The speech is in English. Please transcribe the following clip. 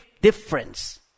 difference